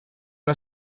una